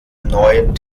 neuen